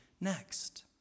next